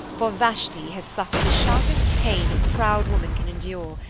for vashti has suffered the sharpest pain a proud woman can endure,